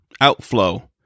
outflow